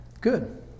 Good